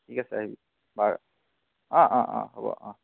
ঠিক আছে আহিবি বাৰু অঁ অঁ অঁ হ'ব অঁ